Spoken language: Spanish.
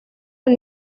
del